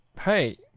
hey